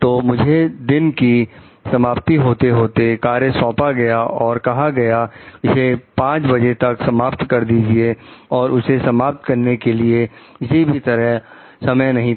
तो मुझे दिन की समाप्ति होते होते 1 कार्य सौंपा गया और कहा गया इसे 500 बजे तक समाप्त कर दीजिए और उसे समाप्त करने के लिए किसी भी तरह से समय नहीं था